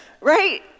right